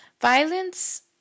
Violence